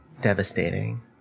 devastating